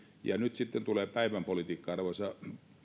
ja nyt sitten tulee päivänpolitiikkaa arvoisa